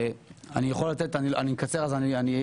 אני אקצר בדבריי.